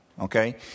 okay